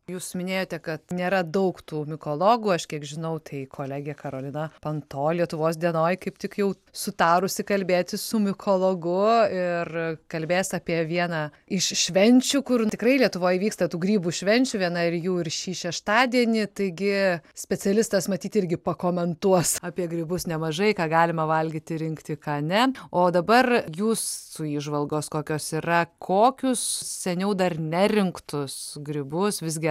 jūs minėjote kad nėra daug tų mikologų aš kiek žinau tai kolegė karolina panto lietuvos dienoj kaip tik jau sutarusi kalbėti su mikologu ir kalbės apie vieną iš švenčių kur tikrai lietuvoj vyksta tų grybų švenčių viena ir jų ir šį šeštadienį taigi specialistas matyt irgi pakomentuos apie grybus nemažai ką galima valgyti rinkti ką ne o dabar jūsų įžvalgos kokios yra kokius seniau dar nerinktus grybus visgi